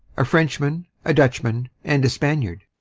a frenchman, a dutchman, and a spaniard